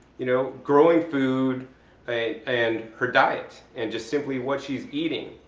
you know, growing food and her diet, and just simply what she's eating.